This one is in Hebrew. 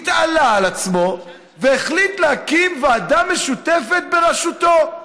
הוא התעלה על עצמו והחליט להקים ועדה משותפת בראשותו,